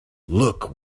look